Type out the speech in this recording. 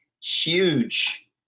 huge